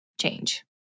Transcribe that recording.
change